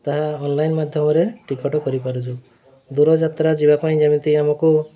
ତାହା ଅନ୍ଲାଇନ୍ ମାଧ୍ୟମରେ ଟିକେଟ୍ କରିପାରୁଛୁ ଦୂରଯାତ୍ରା ଯିବା ପାଇଁ ଯେମିତି ଆମକୁ